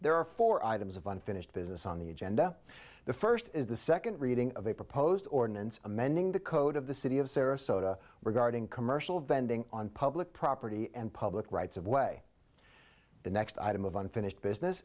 there are four items of unfinished business on the agenda the first is the second reading of a proposed ordinance amending the code of the city of sarasota were guarding commercial vending on public property and public rights of way the next item of unfinished business